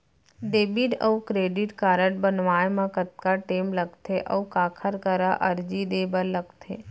Debit अऊ credit card बनवाए मा कतका टेम लगथे, अऊ काखर करा अर्जी दे बर लगथे?